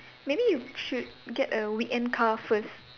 maybe you should get a weekend car first